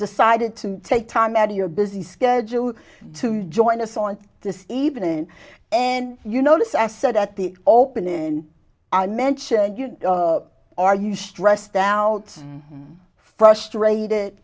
decided to take time out of your busy schedule to join us on this evening and you notice i said at the opening i mentioned you are you stressed out frustrated